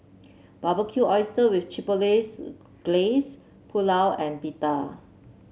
Barbecued Oyster with Chipotle laze Glaze Pulao and Pita